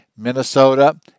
Minnesota